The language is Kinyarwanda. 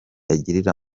agirira